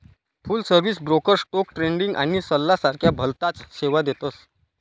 फुल service broker stock trading आणि सल्ला सारख्या भलताच सेवा देतस